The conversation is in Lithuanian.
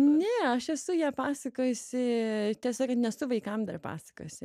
ne aš esu ją pasakojusi tiesa nesu vaikam dar pasakojusi